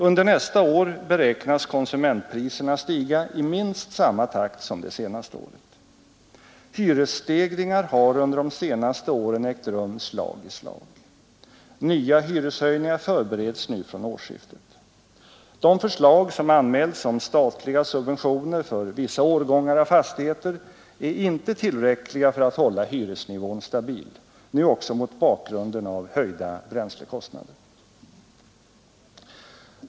Under nästa år beräknas konsumentpriserna stiga i minst samma takt som det senaste året. Hyresstegringar har under de senaste åren ägt rum slag i slag. Nya hyreshöjningar förbereds nu från årsskiftet. De förslag som anmälts om statliga subventioner för vissa årgångar av fastigheter är inte tillräckliga för att hålla hyresnivån stabil, nu också mot bakgrunden av höjda bränslekostnader.